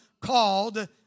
called